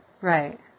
Right